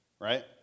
right